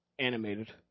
animated